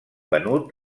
venut